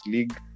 League